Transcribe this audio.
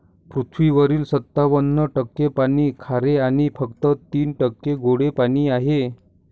पृथ्वीवरील सत्त्याण्णव टक्के पाणी खारे आणि फक्त तीन टक्के गोडे पाणी आहे